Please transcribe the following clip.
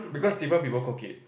because different people cook it